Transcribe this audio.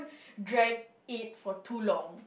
drag it for too long